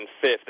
fifth